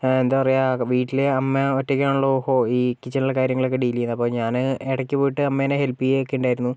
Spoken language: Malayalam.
എന്താ പറയുക വീട്ടില് അമ്മ ഒറ്റക്ക് ആണല്ലോ ഈ കിച്ചണിലെ കാര്യങ്ങളൊക്കെ ഡീൽ ചെയ്യുന്നത് അപ്പോൾ ഞാൻ ഇടയ്ക്ക് പോയിട്ട് അമ്മേനെ ഹെല്പ് ചെയ്യുകയൊക്കെ ഉണ്ടായിരുന്നു